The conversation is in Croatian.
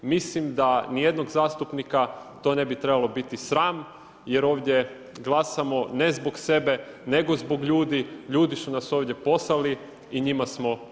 Mislim da ni jednog zastupnika to ne bi trebalo biti sram, jer ovdje glasamo ne zbog sebe, nego zbog ljudi, ljudi su nas ovdje poslali i njima smo odgovorni.